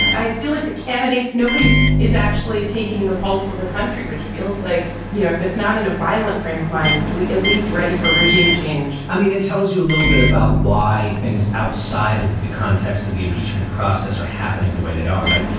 i feel like the candidates nobody is actually taking the pulse of the country, which feels like, you know, if it's not in a violent frame of mind, it's at least ready for regime change i mean, it tells you a little bit about why things outside of the context of the impeachment process are happening the way they are. right.